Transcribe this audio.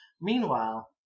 Meanwhile